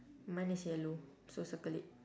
mine is yellow so circle it